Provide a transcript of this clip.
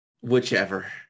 whichever